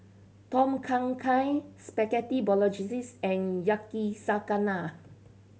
Tom Kha Gai Spaghetti Bolognese and Yakizakana